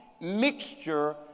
mixture